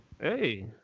Hey